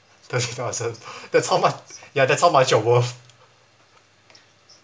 that's ourselves that's how much ya that's how much you're worth